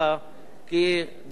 כי דבר כזה,